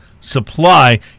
supply